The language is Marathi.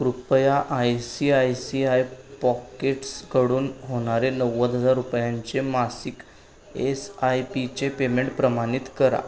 कृपया I C I C I पॉकेट्सकडून होणारे नव्वद हजार रुपयांचे मासिक एस आय पीचे पेमेंट प्रमाणित करा